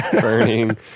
burning